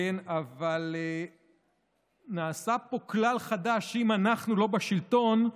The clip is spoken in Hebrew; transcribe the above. אבל נעשה פה כלל חדש: אם אנחנו לא בשלטון,